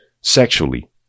Sexually